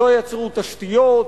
לא יצרו תשתיות,